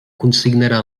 consignarà